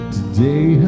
Today